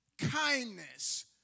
kindness